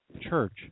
Church